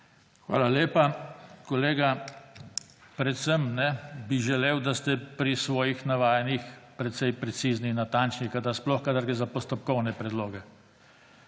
Hvala lepa. Kolega, predvsem bi želel, da ste pri svojih navajanjih precej precizni in natančni, sploh kadar gre za postopkovne predloge.